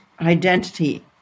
identity